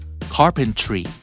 Carpentry